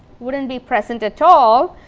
wouldn't be present at all,